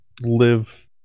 live